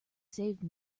save